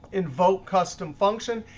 invoke custom function,